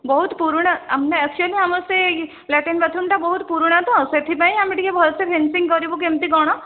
ବହୁତ ପୁରୁଣା ଆମେ ଆକ୍ଚୁଆଲି ଆମର ସେ ଲାଟିନ୍ ବାଥରୁମ୍ଟା ବହୁତ ପୁରୁଣା ତ ସେଥିପାଇଁ ଆମେ ଟିକେ ଭଲ ସେ ଫିନିସିଙ୍ଗ କରିବୁ କେମିତି କ'ଣ